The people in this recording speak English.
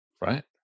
right